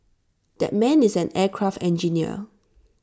that man is an aircraft engineer